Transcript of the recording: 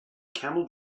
camel